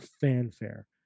fanfare